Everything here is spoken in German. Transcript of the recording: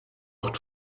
wird